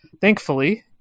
Thankfully